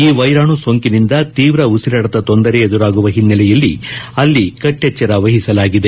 ಈ ವೈರಾಣು ಸೋಂಕಿನಿಂದ ತೀವ್ರ ಉಸಿರಾಟದ ತೊಂದರೆ ಎದುರಾಗುವ ಹಿನ್ನಲೆಯಲ್ಲಿ ಅಲ್ಲಿ ಕಟ್ಟೆಚ್ಚರ ವಹಿಸಲಾಗಿದೆ